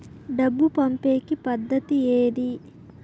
డబ్బు పంపేకి పద్దతి ఏది